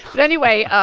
but anyway,